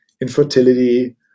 infertility